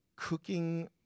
Cooking